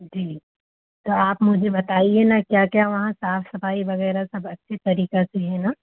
जी तो आप मुझे बताइए ना क्या क्या वहाँ साफ सफाई वगैरह सब अच्छे तरीका से है ना